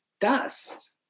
dust